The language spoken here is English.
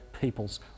peoples